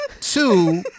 two